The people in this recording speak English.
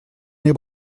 been